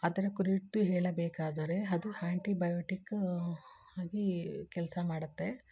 ಅದರ ಕುರಿತು ಹೇಳಬೇಕಾದರೆ ಅದು ಹ್ಯಾಂಟಿ ಬಯೋಟಿಕ್ ಆಗೀ ಕೆಲಸ ಮಾಡುತ್ತೆ